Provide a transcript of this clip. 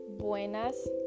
Buenas